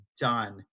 done